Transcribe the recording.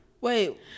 Wait